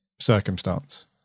circumstance